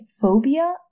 phobia